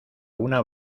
una